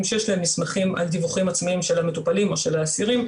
שיש להם נסמכים על דיווחים עצמיים של המטופלים או של האסירים,